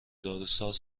داروساز